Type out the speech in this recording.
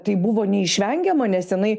tai buvo neišvengiama nes jinai